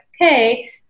okay